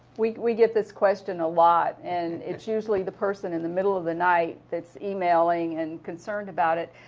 we we get this question a lot and it's usually the person in the middle of the night that's emailing and concerned about it.